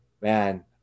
Man